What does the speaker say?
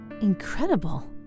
incredible